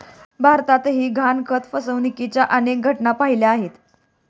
भारतातही गहाणखत फसवणुकीच्या अनेक घटना पाहिल्या आहेत